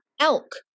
elk